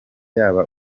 yaba